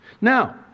Now